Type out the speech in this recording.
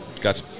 got